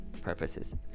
purposes